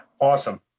awesome